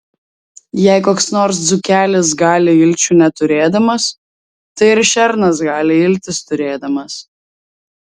jei koks nors dzūkelis gali ilčių neturėdamas tai ir šernas gali iltis turėdamas